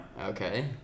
Okay